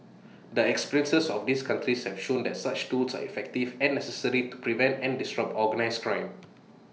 the experiences of these countries have shown that such tools are effective and necessary to prevent and disrupt organised crime